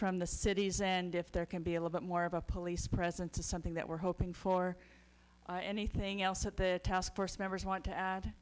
from the cities and if there can be a little bit more of a police presence is something that we're hoping for anything else that the task force members want to add